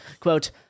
Quote